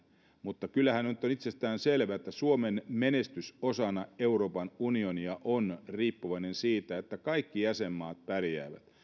mutta kyllähän nyt on itsestäänselvää että suomen menestys osana euroopan unionia on riippuvainen siitä että kaikki jäsenmaat pärjäävät